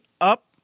up